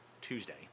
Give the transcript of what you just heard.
Tuesday